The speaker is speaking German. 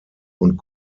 und